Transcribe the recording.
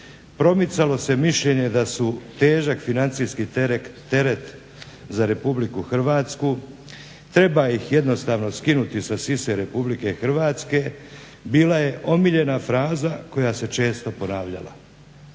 Promicalo se mišljenje da su težak financijski teret za RH, treba ih jednostavno skinuti sa sise RH, bila je omiljena fraza koja se često ponavljala.